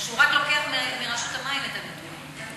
או שהוא רק לוקח מרשות המים את הנתונים?